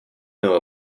know